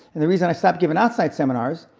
and the reason i stopped giving outside seminars,